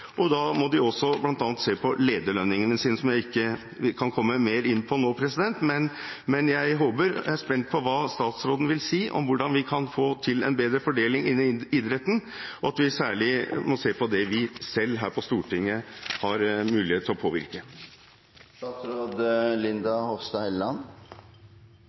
Da må de bl.a. også se på lederlønningene sine, som jeg ikke kan komme mer inn på nå. Jeg er spent på hva statsråden vil si om hvordan vi kan få til en bedre fordeling innen idretten, og at vi særlig må se på det vi her på Stortinget har mulighet til å påvirke.